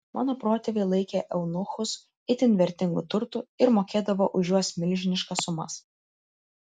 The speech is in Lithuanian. mano protėviai laikė eunuchus itin vertingu turtu ir mokėdavo už juos milžiniškas sumas